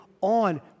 on